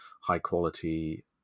high-quality